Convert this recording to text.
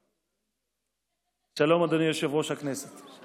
שלום, אדוני יושב-ראש הכנסת.